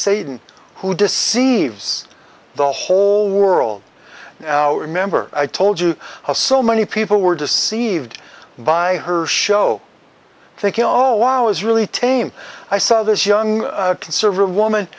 satan who deceives the whole world now remember i told you how so many people were deceived by her show thinking oh i was really tame i saw this young conservative woman